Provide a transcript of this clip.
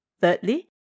thirdly